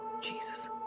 Jesus